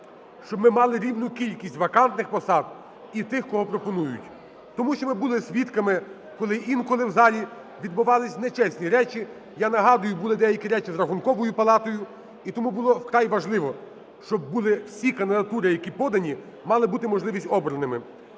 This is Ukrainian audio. щоб ми мали рівну кількість вакантних посад і тих, кого пропонують. Тому що ми були свідками, коли інколи в залі відбувались нечесні речі, я нагадую, були деякі речі з Рахунковою палатою. І тому було вкрай важливо, щоб були всі кандидатури, які подані, мали бути можливість обраними.